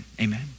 Amen